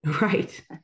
Right